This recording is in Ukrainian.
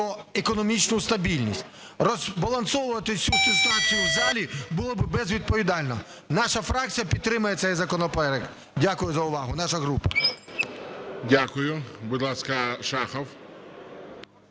економічну стабільність. Розбалансовувати цю ситуацію в залі було б безвідповідально. Наша фракція підтримає цей законопроект. Дякую за увагу. Наша група. ГОЛОВУЮЧИЙ. Дякую. Будь ласка, Шахов.